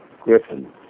Griffin